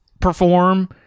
perform